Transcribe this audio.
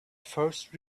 first